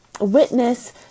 witness